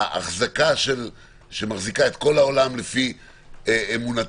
האחזקה שמחזיקה את כל העולם לפי אמונתנו,